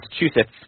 Massachusetts